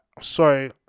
sorry